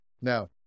Now